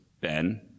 Ben